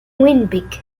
winnipeg